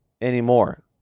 anymore